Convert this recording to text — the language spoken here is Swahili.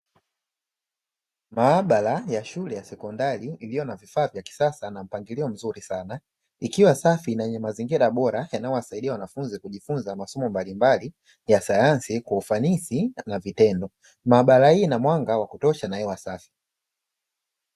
Maabara ya shule ya sekondari iliyo na vifaa vya kisasa na mpangilio mzuri sana, ikiwa safi na mazingira bora yanayowasaidia wanafunzi kujifunza masomo mbalimbali ya sayansi kwa ufanisi na vitendo, maabara hii inamwanga wa kutosha na hewa safi.